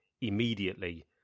immediately